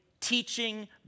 teaching